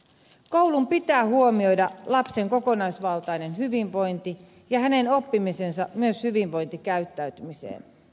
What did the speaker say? koulun pitää huomioida lapsen kokonaisvaltainen hyvinvointi ja hänen oppimisensa myös hyvinvointikäyttäytymiseen